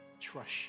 trust